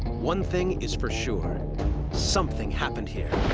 one thing is for sure something happened here,